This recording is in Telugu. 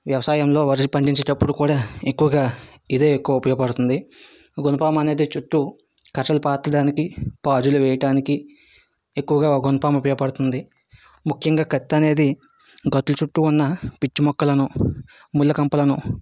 వ్యవసాయంలో వరి పండించేటప్పుడు కూడా ఎక్కువగా ఇదే ఎక్కువ ఉపయోగపడుతుంది గునపం అనేది చుట్టూ కర్రలు పాతటానికి పాదులు వెయ్యటానికి ఎక్కువగా గునపం ఉపయోగపడుతుంది ముఖ్యంగా కత్తి అనేది గట్ల చుట్టూ ఉన్న పిచ్చి మొక్కలను ముళ్ళకంపలను